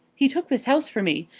he took this house for me,